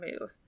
move